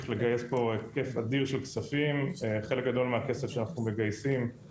חלק גדול מהכסף שאנחנו מגייסים ומשקיעים בחברות הסטארט-אפ